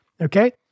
okay